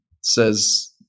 says